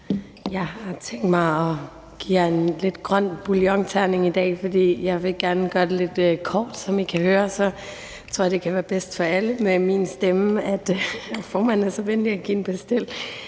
Jeg har tænkt mig at give jer en lidt grøn bouillonterning i dag, for jeg vil gerne gøre det lidt kort. Det tror jeg – som I kan høre – vil være bedst for alle på grund af min stemme. Formanden er så venlig at give mig en pastil.